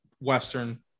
Western